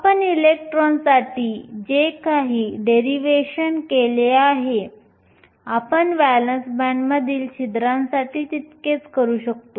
आपण इलेक्ट्रॉनसाठी जे काही डेरिवेशन केले आहे आपण व्हॅलेन्स बँडमधील छिद्रांसाठी तितकेच करू शकतो